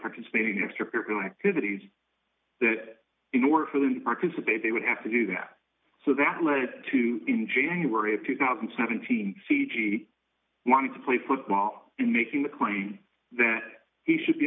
participating in extracurricular activities that in order for them to arkansas pay they would have to do that so that led to in january of two thousand and seventeen c g wanted to play football and making the claim that he should be